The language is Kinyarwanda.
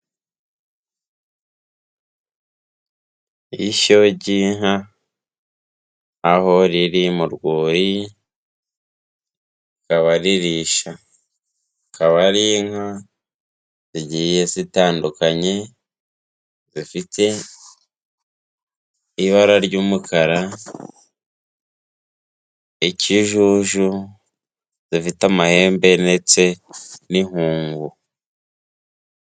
Ishyo ry'inka aho riri mu rwuri rikaba ririsha. Akaba ari inka zigiye zitandukanye zifite ibara ry'umukara, ikijuju, zifite amahembe ndetse n'inkungu.